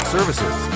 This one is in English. Services